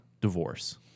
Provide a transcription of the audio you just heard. divorce